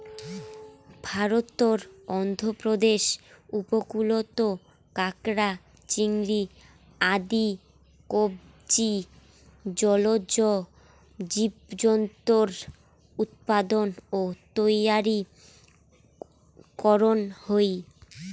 ভারতর অন্ধ্রপ্রদেশ উপকূলত কাকড়া, চিংড়ি আদি কবচী জলজ জীবজন্তুর উৎপাদন ও তৈয়ারী করন হই